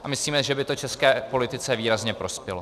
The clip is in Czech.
A myslíme, že by to české politice výrazně prospělo.